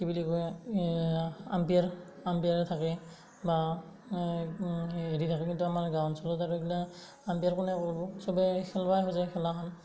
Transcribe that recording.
কি বুলি কয় আম্পিয়াৰ আম্পিয়াৰ থাকে বা হেৰি থাকে কিন্তু আমাৰ গাঁও অঞ্চলত আৰু এইগিলা আম্পিয়াৰ কোনে কৰবো চবে খেলবায়ে খোজে খেলাখন